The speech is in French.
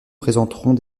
présenterons